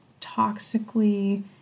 toxically